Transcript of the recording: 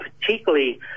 particularly